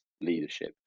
leadership